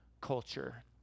culture